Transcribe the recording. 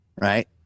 Right